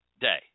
day